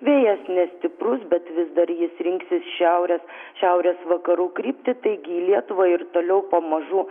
vėjas nestiprus bet vis dar jis rinksis šiaurės šiaurės vakarų kryptį taigi į lietuvą ir toliau pamažu